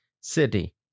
city